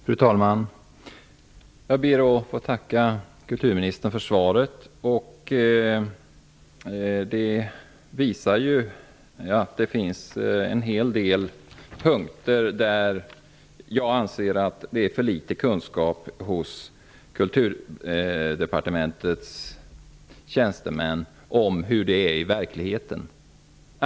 Fru talman! Jag ber att få tacka kulturministern för svaret. Det visar att det på en hel del punkter finns för litet kunskap hos Kulturdepartementets tjänstemän om hur det är i verkligheten.